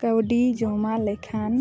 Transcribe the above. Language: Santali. ᱠᱟᱹᱣᱰᱤ ᱡᱚᱢᱟ ᱞᱮᱠᱷᱟᱱ